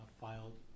filed